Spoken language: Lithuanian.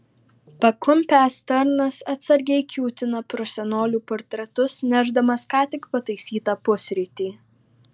pakumpęs tarnas atsargiai kiūtina pro senolių portretus nešdamas ką tik pataisytą pusrytį